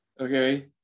okay